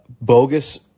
bogus